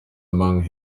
among